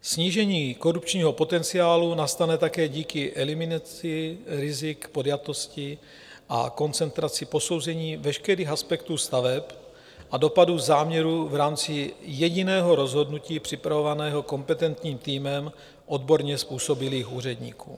Snížení korupčního potenciálu nastane také díky eliminaci rizik podjatosti a koncentraci posouzení veškerých aspektů staveb a dopadů záměrů v rámci jediného rozhodnutí připravovaného kompetentním týmem odborně způsobilých úředníků.